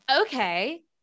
okay